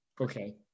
okay